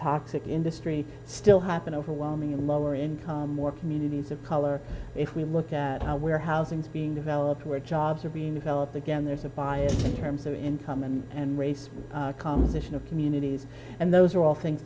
toxic industry still happen overwhelming in lower income more communities of color if we look at where housing is being developed where jobs are being developed again there's a bias in terms of income and race composition of communities and those are all things